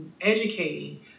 educating